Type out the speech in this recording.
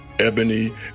Ebony